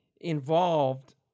involved